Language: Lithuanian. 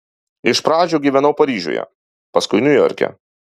iš pradžių gyvenau paryžiuje paskui niujorke